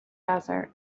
desert